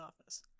office